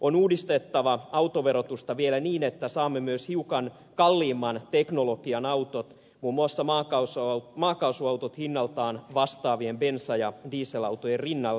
on uudistettava autoverotusta vielä niin että saamme myös hiukan kalliimman teknologian autot muun muassa maakaasuautot hinnaltaan vastaavien bensa ja dieselautojen rinnalle